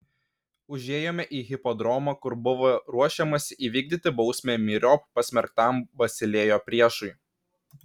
užėjome į hipodromą kur buvo ruošiamasi įvykdyti bausmę myriop pasmerktam basilėjo priešui